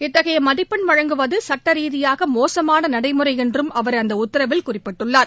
இத்தகைய மதிப்பெண் வழங்குவது சட்ட ரீதியாக மோசமான நடைமுறை என்றும் அவர் அந்த உத்தரவில் குறிப்பிட்டுள்ளார்